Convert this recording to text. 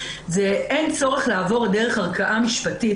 אין צורך לעבור דרך ערכאה משפטית.